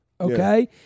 okay